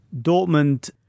Dortmund